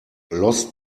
lost